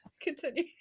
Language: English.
continue